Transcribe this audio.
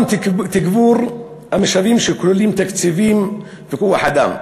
גם תגבור המשאבים שכוללים תקציבים וכוח-אדם.